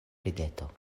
rideto